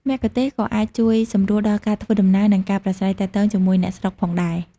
មគ្គុទ្ទេសក៍ក៏អាចជួយសម្រួលដល់ការធ្វើដំណើរ និងការប្រាស្រ័យទាក់ទងជាមួយអ្នកស្រុកផងដែរ។